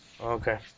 Okay